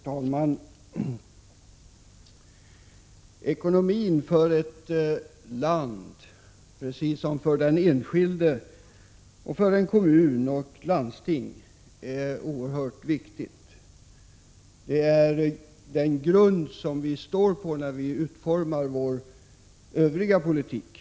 Herr talman! Ekonomin är oerhört viktig för ett land, precis som för den enskilde, för en kommun och för ett landsting. Det är den grund som vi står på när vi utformar vår övriga politik.